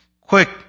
Quick